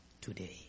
today